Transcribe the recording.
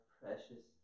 precious